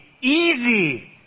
easy